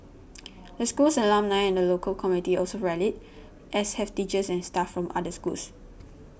the school's alumni and the local community have also rallied as have teachers and staff from other schools